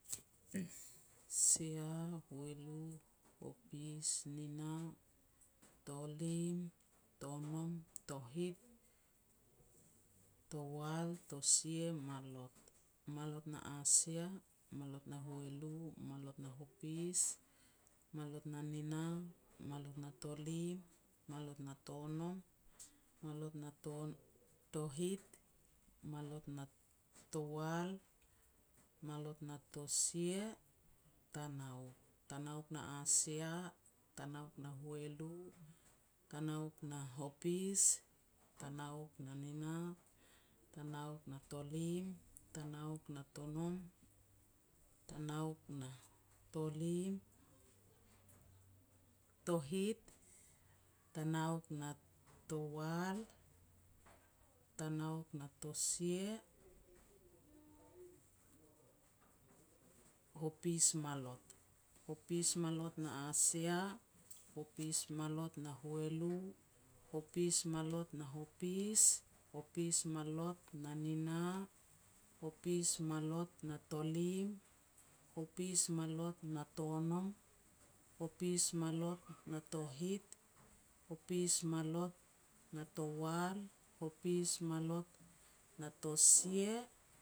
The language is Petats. Sia, hualu, hopis, nina, tolim, tonom, tohit, towal, tosia, malot. Malot na asia, malot na hualu, malot na hopis, malot na nina, malot na tolim, malot na tonom, malot na to-tohit, malot na towal, malot na tosia, tanauk. Tanauk na asia, tanauk na hualu, tanauk na hopis, tanauk na nina, tanauk na tolim, tanauk na tonom, tanauk na tolim tohit, tanauk na towal, tanauk na tosia, hopis malot. Hopis malot na asia, hopis malot na hualu, hopis malot na hopis, hopis malot na nina, hopis malot na tolim, hopis malot na tonom, hopis malot na tohit, hopis malot na towal, hopis malot na tosia,